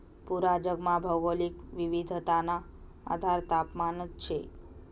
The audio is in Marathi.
पूरा जगमा भौगोलिक विविधताना आधार तापमानच शे